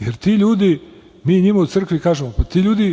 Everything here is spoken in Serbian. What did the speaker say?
jer ti ljudi, mi njima u crkvi kažemo, pa, ti ljudi